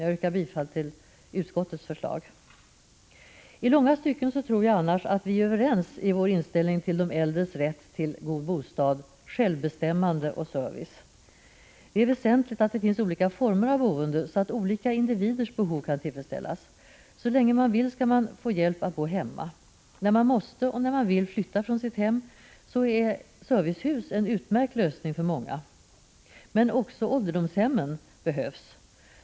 Jag yrkar bifall till utskottets hemställan. Annars tror jag att vi i långa stycken är överens när det gäller inställningen till de äldres rätt till en god bostad, självbestämmande och service. Det är väsentligt att det finns olika former av boende, så att olika individers behov kan tillfredsställas. Så länge man vill skall man få hjälp att bo hemma. När man måste och när man vill flytta från sitt hem är servicehus en utmärkt lösning för många. Men också ålderdomshemmen behövs.